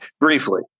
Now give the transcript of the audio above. briefly